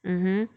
mm